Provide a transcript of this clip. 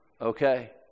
okay